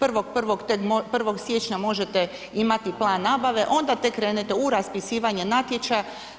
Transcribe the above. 1. siječnja možete imati Plan nabave, onda tek krenete u raspisivanje natječaja.